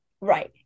Right